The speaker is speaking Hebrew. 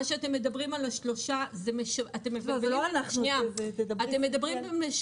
אתם צודקים שיש שלושה